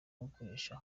gukoresha